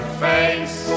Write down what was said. face